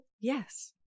Yes